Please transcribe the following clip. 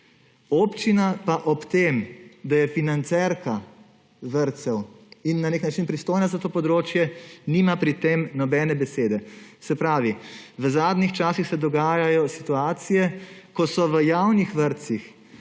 Občina pa ob tem, da je financerka vrtcev in na nek način pristojna za to področje, nima pri tem nobene besede. Se pravi, v zadnjih časih se dogajajo situacije, ko so v javnih vrtcih